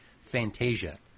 Fantasia